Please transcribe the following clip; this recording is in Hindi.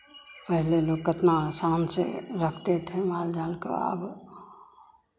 पहले लोग कितना आसान से रखते थे माल जाल को अब